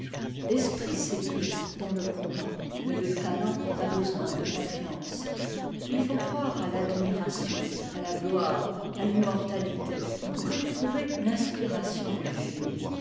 l'esprit s'aiguise dans le combat mais le talent a besoin de confiance il faut croire à l'admiration à la gloire à l'immortalité pour éprouver l'inspiration du génie